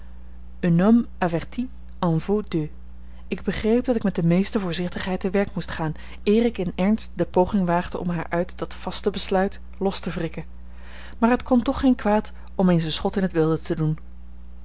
en vaut deux ik begreep dat ik met de meeste voorzichtigheid te werk moest gaan eer ik in ernst de poging waagde om haar uit dat vaste besluit los te wrikken maar het kon toch geen kwaad om eens een schot in het wilde te doen